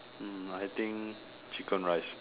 hmm I think chicken rice